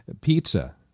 Pizza